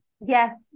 yes